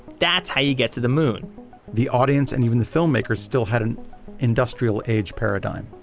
that's how you get to the moon the audience and even the filmmakers still had an industrial age paradigm.